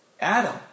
Adam